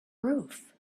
roof